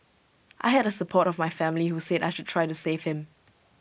I had the support of my family who said I should try to save him